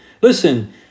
Listen